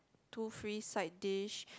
two free side dish